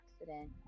accident